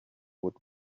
would